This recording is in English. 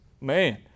man